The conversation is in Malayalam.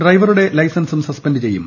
ഡ്രൈവറുടെ ലൈസൻസും സസ്പെൻഡ് ചെയ്യും